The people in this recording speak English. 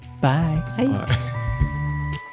Bye